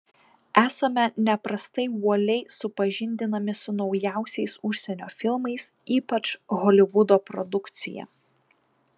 esame neprastai uoliai supažindinami su naujausiais užsienio filmais ypač holivudo produkcija